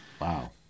Wow